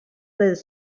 ddydd